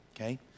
okay